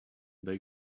they